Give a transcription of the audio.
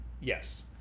Yes